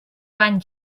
bany